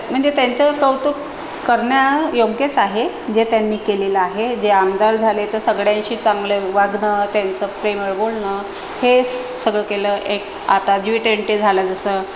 म्हणजे त्यांचं कौतुक करण्यायोग्यच आहे जे त्यांनी केलेलं आहे जे आमदार झाले तर सगळ्यांशी चांगलं वागणं त्याचं प्रेमळ बोलणं हे सगळं केलं आहे आता ज्वी ट्वेन्टी झालं जसं